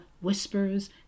whispers